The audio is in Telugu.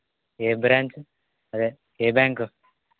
ఏ బ్రాంచు అదే ఏ బ్యాంకు